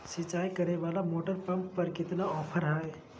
सिंचाई करे वाला मोटर पंप पर कितना ऑफर हाय?